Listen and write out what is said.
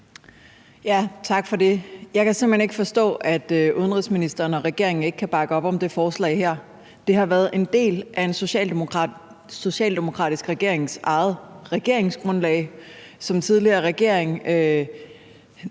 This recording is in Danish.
Tak for det. Jeg kan simpelt hen ikke forstå, at udenrigsministeren og regeringen ikke kan bakke op om det forslag her. Det har været en del af en socialdemokratisk regerings eget regeringsgrundlag. Udenrigsministerens